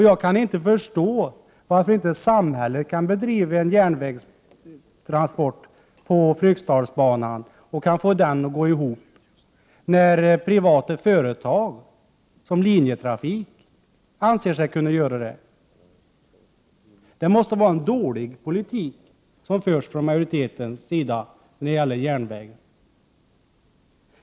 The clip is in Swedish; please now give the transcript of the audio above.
Jag kan inte förstå att samhället inte kan bedriva järnvägstransporter på Fryksdalsbanan och få den att gå ihop när privata företag som Linjetrafik anser sig kunna det. Det måste vara en dålig politik som förs från majoritetens sida i fråga om järnvägen.